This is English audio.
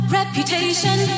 reputation